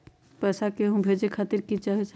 पैसा के हु के भेजे खातीर की की चाहत?